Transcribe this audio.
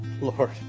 Lord